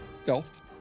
Stealth